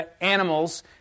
animals